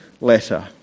letter